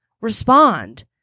respond